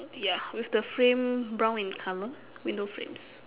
ya with the frame brown in colour window frames